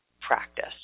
practice